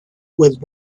with